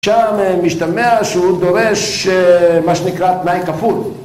שם משתמע שהוא דורש מה שנקרא תנאי כפול